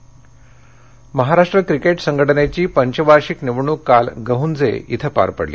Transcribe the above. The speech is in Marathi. क्रीडा महाराष्ट्र क्रिकेट संघटनेची पंचवार्षिक निवडणुक काल गहुंजे इथं पार पडली